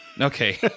Okay